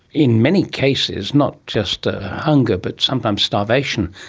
in many cases not just hunger but sometimes starvation,